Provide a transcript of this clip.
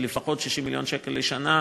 של לפחות 60 מיליון שקל בשנה,